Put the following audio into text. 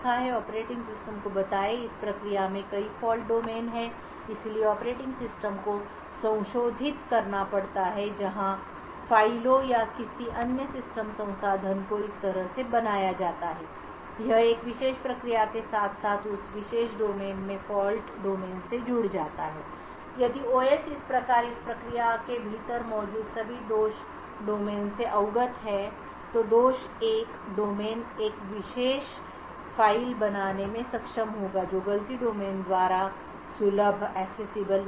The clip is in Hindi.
ऑपरेटिंग सिस्टम को बताएं कि इस प्रक्रिया में कई फ़ॉल्ट डोमेन हैं इसलिए ऑपरेटिंग सिस्टम को संशोधित करना पड़ता है जहाँ फ़ाइलों या किसी अन्य सिस्टम संसाधन को इस तरह से बनाया जाता है कि यह एक विशेष प्रक्रिया के साथ साथ उस विशेष डोमेन में फ़ॉल्ट डोमेन से जुड़ जाता है यदि OS इस प्रकार इस प्रक्रिया के भीतर मौजूद सभी दोष डोमेन से अवगत है तो दोष 1 डोमेन एक विशेष फ़ाइल बनाने में सक्षम होगा जो गलती डोमेन द्वारा सुलभ नहीं है